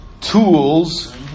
tools